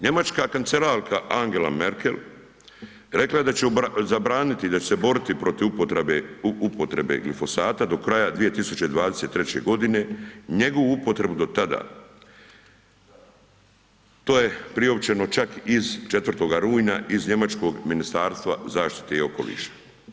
Njemačka kancelarka Angela Merkel rekla je da će zabraniti i da će se boriti protiv upotrebe, upotrebe glifosata do kraja 2023.g., njegovu upotrebu do tada, to je priopćeno čak iz 4. rujna iz njemačkog Ministarstva zaštite i okoliša.